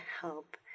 help